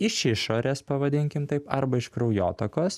iš išorės pavadinkim taip arba iš kraujotakos